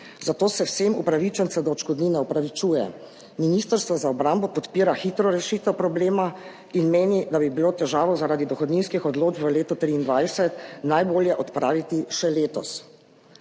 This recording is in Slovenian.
zato se vsem upravičencem do odškodnine opravičuje. Ministrstvo za obrambo podpira hitro rešitev problema in meni, da bi bilo težavo zaradi dohodninskih odločb v letu 2023 najbolje odpraviti še letos.